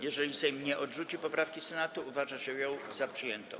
Jeżeli Sejm nie odrzuci poprawki Senatu, uważa się ją za przyjętą.